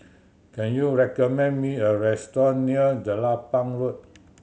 can you recommend me a restaurant near Jelapang Road